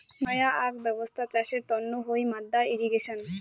নয়া আক ব্যবছ্থা চাষের তন্ন হই মাদ্দা ইর্রিগেশন